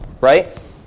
right